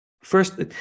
first